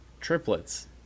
triplets